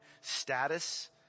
status